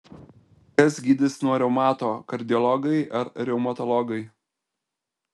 kas gydys nuo reumato kardiologai ar reumatologai